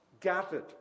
gathered